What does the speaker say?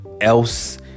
else